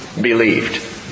believed